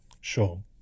sure